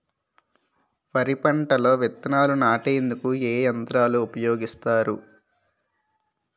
వరి పంటలో విత్తనాలు నాటేందుకు ఏ యంత్రాలు ఉపయోగిస్తారు?